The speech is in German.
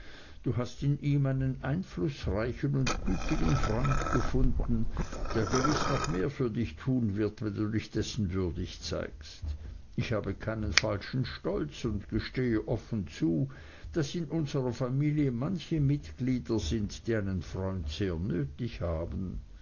du hast in ihm einen einflußreichen und gütigen freund gefunden der gewiß noch mehr für dich tun wird wenn du dich dessen würdig zeigst ich habe keinen falschen stolz und gestehe offen zu daß in unserer familie manche mitglieder sind die einen freund sehr nötig haben